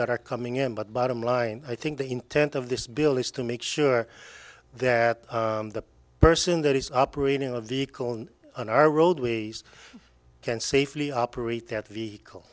that are coming in but bottom line i think the intent of this bill is to make sure that the person that is operating a vehicle on our roadways can safely operate that vehicle